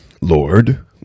Lord